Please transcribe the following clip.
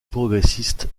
progressiste